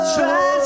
Try